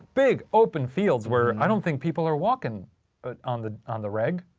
big open fields where i don't think people are walkin' on the on the reg.